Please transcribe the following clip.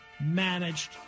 Managed